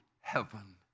heaven